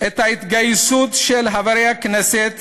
את ההתגייסות של חברי הכנסת